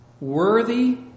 worthy